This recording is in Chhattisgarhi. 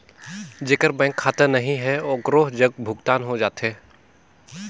जेकर बैंक खाता नहीं है ओकरो जग भुगतान हो जाथे?